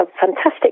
fantastic